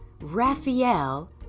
Raphael